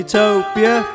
Utopia